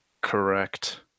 Correct